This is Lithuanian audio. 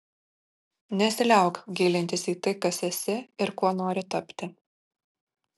nesiliauk gilintis į tai kas esi ir kuo nori tapti